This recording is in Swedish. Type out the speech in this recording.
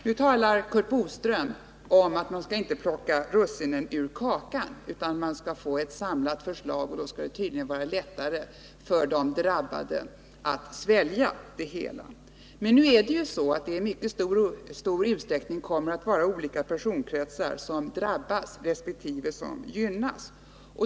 Fredagen den Curt Boström sade att man inte skulle plocka russinen ur kakan utan i 15 december 1978 stället försöka komma fram till ett samlat förslag. Då skulle det tydligen bli lättare för de drabbade att svälja det hela. Men det kommer ju i stor utsträckning att bli så att det är olika personkretsar som drabbas resp. gynnas.